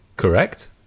correct